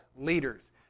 leaders